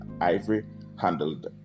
ivory-handled